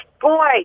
boy